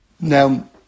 Now